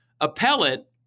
Appellate